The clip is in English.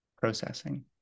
processing